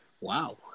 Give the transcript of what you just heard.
Wow